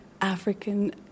african